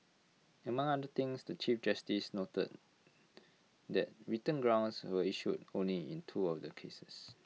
among other things the chief justice noted that written grounds were issued only in two of the cases